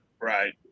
right